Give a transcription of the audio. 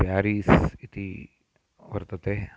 Paris इति वर्तते